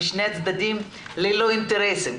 שני צדדים ללא אינטרסים.